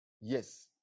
Yes